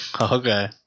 Okay